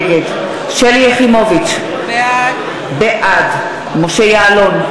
נגד שלי יחימוביץ, בעד משה יעלון,